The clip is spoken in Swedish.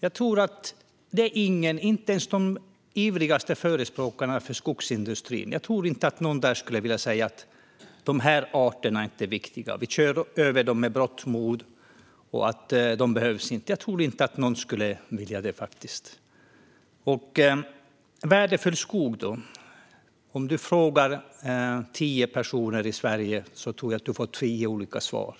Jag tror inte att någon, inte ens de ivrigaste förespråkarna för skogsindustrin, skulle vilja säga: De här arterna är inte viktiga. Vi kör över dem med berått mod. De behövs inte. Jag tror inte att någon skulle vilja säga det. Sedan är det värdefull skog. Om du frågar tio personer i Sverige tror jag att du får tio olika svar.